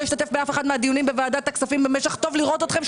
השתתף באף אחד מהדיונים בוועדת הכספים במשך טוב לראות אתכם,